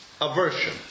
aversion